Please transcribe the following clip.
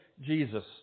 Jesus